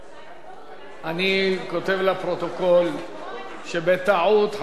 אני כותב לפרוטוקול שבטעות חברת הכנסת רונית